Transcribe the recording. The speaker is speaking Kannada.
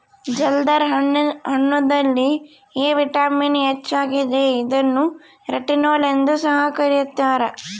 ಜಲ್ದರ್ ಹಣ್ಣುದಲ್ಲಿ ಎ ವಿಟಮಿನ್ ಹೆಚ್ಚಾಗಿದೆ ಇದನ್ನು ರೆಟಿನೋಲ್ ಎಂದು ಸಹ ಕರ್ತ್ಯರ